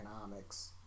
economics